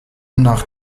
nach